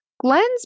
Glenn's